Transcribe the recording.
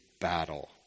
battle